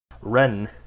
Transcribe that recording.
Ren